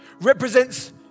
represents